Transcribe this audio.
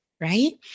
right